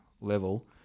level